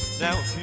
Now